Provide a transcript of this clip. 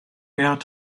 out